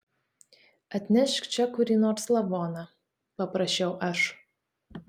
atnešk čia kurį nors lavoną paprašiau aš